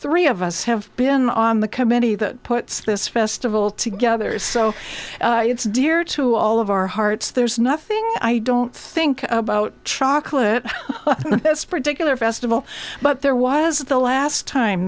three of us have been on the committee that puts this festival together so it's dear to all of our hearts there's nothing i don't think about chocolate this particular festival but there was the last time